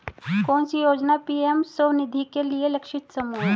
कौन सी योजना पी.एम स्वानिधि के लिए लक्षित समूह है?